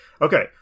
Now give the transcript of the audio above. Okay